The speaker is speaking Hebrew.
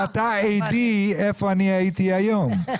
אתה עדי איפה אני הייתי היום,